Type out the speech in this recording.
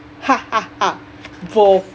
both